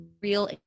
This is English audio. real